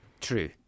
True